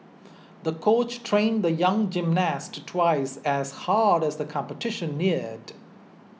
the coach trained the young gymnast twice as hard as the competition neared